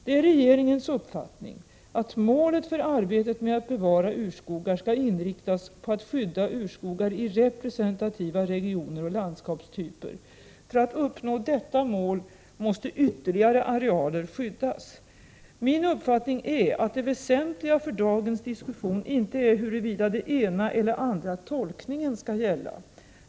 Det är regeringens uppfattning att målet för arbetet med att bevara urskogar skall inriktas på att skydda urskogar i representativa regioner och landskapstyper. För att uppnå detta mål måste ytterligare arealer skyddas. Min uppfattning är att det väsentliga för dagens diskussion inte är huruvida den ena eller andra tolkningen skall gälla.